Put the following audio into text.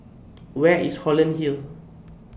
Where IS Holland Hill